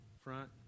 front